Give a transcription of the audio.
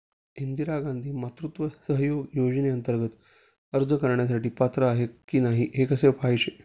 इंदिरा गांधी मातृत्व सहयोग योजनेअंतर्गत अर्ज करण्यासाठी पात्र आहे की नाही हे कसे पाहायचे?